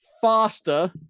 faster